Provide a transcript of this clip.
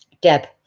Deb